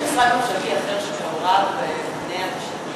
יש משרד ממשלתי אחר שמעורב, האלה?